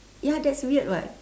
ya that's weird [what]